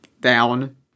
down